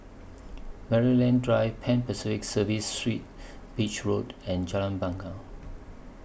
Maryland Drive Pan Pacific Serviced Suites Beach Road and Jalan Bungar